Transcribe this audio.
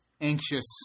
anxious